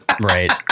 Right